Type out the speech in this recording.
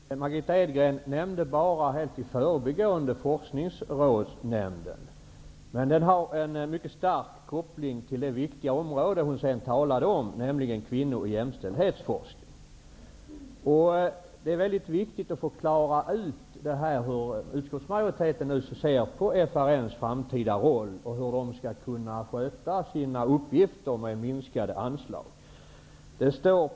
Herr talman! Margitta Edgren nämnde bara helt i förbigående Forskningsrådsnämnden, men den har en mycket stark koppling till det viktiga område som hon sedan talade om, nämligen kvinno och jämställdhetsforskning. Det är väldigt viktigt att klara ut hur utskottsmajoriteten ser på FRN:s framtida roll, hur FRN skall kunna sköta sina uppgifter med minskade anslag.